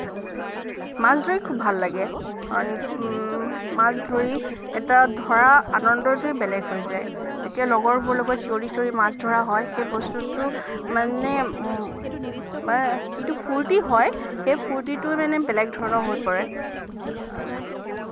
মাছ ধৰি খুব ভাল লাগে কাৰণ মাছ ধৰি এটা ধৰা আনন্দটোৱেই বেলেগ হৈ যায় এতিয়া লগৰবোৰৰ লগত চিঞৰি চিঞৰি মাছ ধৰা হয় সেই বস্তুটো মানে যিটো ফুৰ্তি হয় সেই ফুৰ্তিটো মানে বেলেগ ধৰণৰ হৈ পৰে